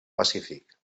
pacífic